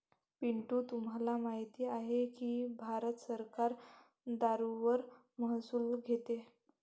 पिंटू तुम्हाला माहित आहे की भारत सरकार दारूवर महसूल घेते